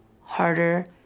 harder